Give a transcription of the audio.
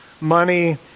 money